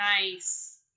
Nice